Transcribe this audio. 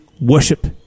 worship